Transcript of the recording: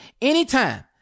anytime